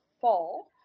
fall